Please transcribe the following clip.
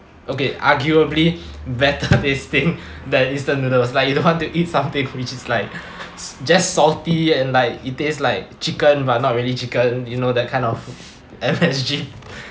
okay arguably better tasting than instant noodles like you don't want to eat something which is like just salty and like it taste like chicken but not really chicken you know that kind of M_S_G